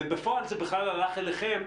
ובפועל זה בכלל הלך אליכם,